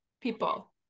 people